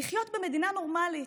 לחיות במדינה נורמלית,